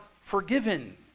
forgiven